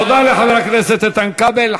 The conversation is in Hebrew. תודה לחבר הכנסת איתן כבל.